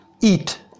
eat